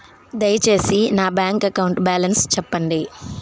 దయచేసి నా bank account balance చెప్పండి